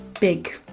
big